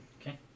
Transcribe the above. Okay